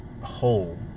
whole